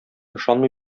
ышанмый